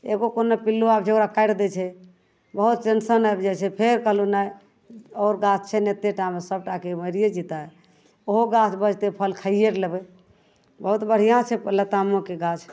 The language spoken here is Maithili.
एगो कोन ने पिल्लू आबै छै जे ओकरा काटि दै छै बहुत टेन्शन आबि जाइ छै फेर कहलहुँ नहि आओर गाछ छै एतेकटामे सबटा कि मरिए जएतै ओहो गाछ बचतै फल खाइए आओर लेबै बहुत बढ़िआँ छै लतामोके गाछ